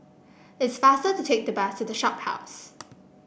it's faster to take the bus to The Shophouse